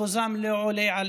אחוזם לא עולה על